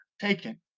taken